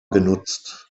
genutzt